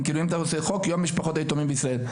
אם אתה עושה חוק, יום משפחות היתומים בישראל.